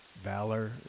valor